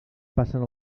passen